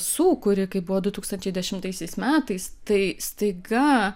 sūkurį kaip buvo du tūkstančiai dešimtaisiais metais tai staiga